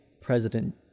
President